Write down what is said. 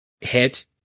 hit